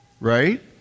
Right